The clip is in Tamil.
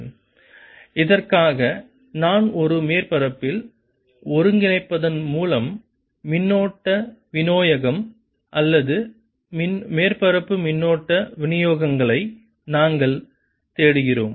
sinsinϕ|r R|ds 4π3R3r2sinθsinϕ r≥R 4π3rsinθsinϕ r≤R இதற்காக நான் ஒரு மேற்பரப்பில் ஒருங்கிணைப்பதன் மூலம் மின்னோட்ட விநியோகம் அல்லது மேற்பரப்பு மின்னோட்ட விநியோகங்களை நாங்கள் தேடுகிறோம்